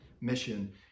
mission